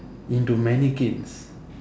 into mannequins